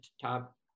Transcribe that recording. top